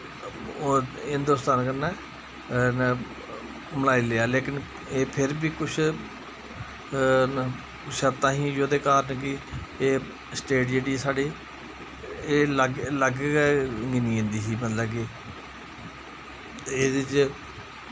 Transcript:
हिन्दोस्तान कन्नै इ'नैं मलाई लेआ लेकिन एह् फिर बी कुछ सत्ता ही जेह्दे कारण कि एह् स्टेट जेह्ड़ी साढ़ी एह् अलग गै गिनी जंदी ही मतलब कि एह्दे च